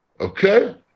Okay